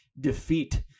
defeat